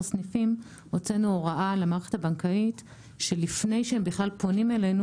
סניפים הוצאנו הוראה למערכת הבנקאית שלפני שהם בכלל פונים אלינו